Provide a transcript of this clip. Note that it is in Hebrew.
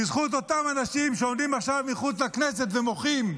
בזכות אותם אנשים שעומדים עכשיו מחוץ לכנסת ומוחים.